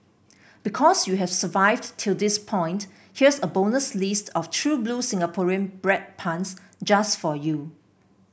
because you've survived till this point here's a bonus list of true blue Singaporean bread puns just for you